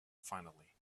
finally